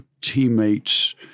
teammates